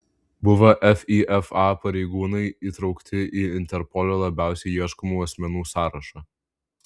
buvę fifa pareigūnai įtraukti į interpolo labiausiai ieškomų asmenų sąrašą